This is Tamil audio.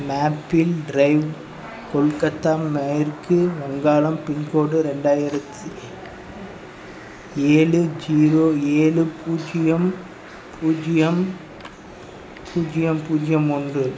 மேப்பிள் டிரைவ் கொல்கத்தா மேற்கு வங்காளம் பின்கோடு ரெண்டாயிரத்து ஏழு ஜீரோ ஏழு பூஜ்ஜியம் பூஜ்ஜியம் பூஜ்ஜியம் பூஜ்ஜியம் ஒன்று